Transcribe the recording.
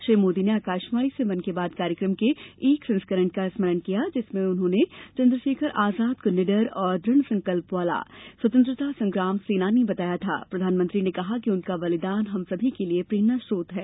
श्री मोदी ने आकाशवाणी से मन की बात कार्यक्रम के एक संस्करण का स्मरण किया जिसमें उन्होंने चन्द्रशेखर आजाद को निडर और दृढ संकल्प वाला स्वतंत्रता सेनानी बताया था प्रधानमंत्री ने कहा कि उनका बलिदान हम सभी के लिए प्रेरणा का स्रोत है